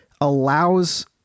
allows